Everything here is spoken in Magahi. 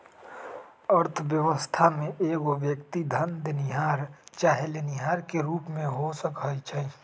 अर्थव्यवस्था में एगो व्यक्ति धन देनिहार चाहे लेनिहार के रूप में हो सकइ छइ